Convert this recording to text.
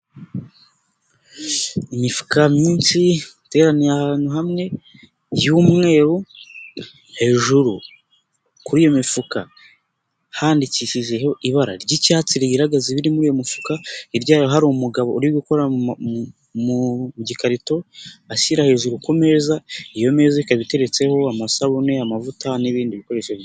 Imifuka myinshi iteraniye ahantu hamwe y'umweru, hejuru kuri iyo mifuka handikishijeho ibara ry'icyatsi rigaragaza ibiri muri uyu mufuka, hirya hari umugabo uri gukora mu gikarito ashyira hejuru ku meza, iyo meza ikaba iteretseho amasabune, amavuta n'ibindi bikoresho.